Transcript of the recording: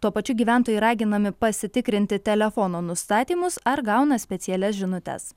tuo pačiu gyventojai raginami pasitikrinti telefono nustatymus ar gauna specialias žinutes